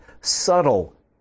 subtle